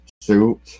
suit